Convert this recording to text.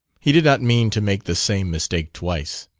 he did not mean to make the same mistake twice.